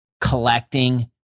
collecting